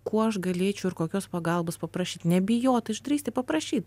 kuo aš galėčiau ir kokios pagalbos paprašyt nebijot išdrįsti paprašyt